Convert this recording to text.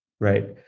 right